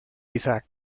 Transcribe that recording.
isaac